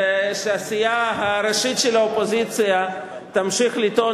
והסיעה הראשית של האופוזיציה תמשיך לטעון